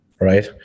Right